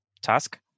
task